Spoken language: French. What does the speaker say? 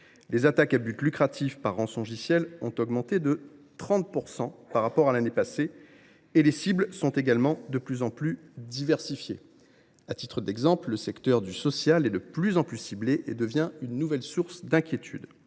Les attaques à but lucratif par rançongiciel ont augmenté de 30 % par rapport à l’année passée. Les cibles sont également de plus en plus diversifiées. Par exemple, le secteur du social est de plus en plus visé et devient une source d’inquiétude.